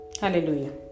Hallelujah